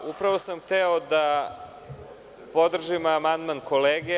Upravo sam hteo da podržim amandman kolege.